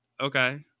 okay